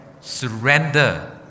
surrender